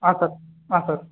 ಹಾಂ ಸರ್ ಹಾಂ ಸರ್